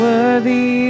Worthy